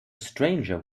stranger